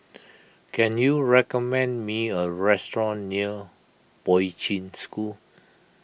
can you recommend me a restaurant near Poi Ching School